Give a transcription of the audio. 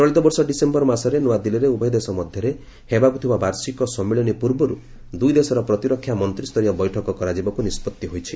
ଚଳିତ ବର୍ଷ ଡିସେୟର ମାସରେ ନୂଆଦିଲ୍ଲୀରେ ଉଭୟ ଦେଶ ମଧ୍ୟରେ ହେବାକୁ ଥିବା ବାର୍ଷିକ ସମ୍ମିଳନୀ ପୂର୍ବରୁ ଦୁଇ ଦେଶର ପ୍ରତିରକ୍ଷା ମନ୍ତ୍ରୀୟ ବୈଠକ କରାଯିବାକୁ ନିଷ୍କଭି ହୋଇଛି